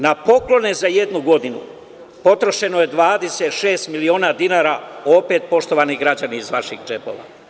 Na poklone za jednu godinu potrošeno je 26 miliona dinara, opet poštovani građani iz vaših džepova.